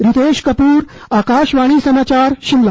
रितेश कपूर आकाशवाणी समाचार शिमला